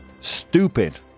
stupid